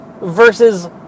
versus